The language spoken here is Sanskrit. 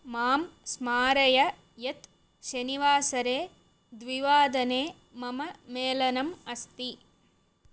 मां स्मारय यत् शनिवासरे द्विवादने मम मेलनम् अस्ति